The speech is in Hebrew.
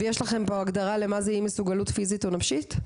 ויש לכם פה הגדרה למה זה אי מסוגלות פיזית או נפשית?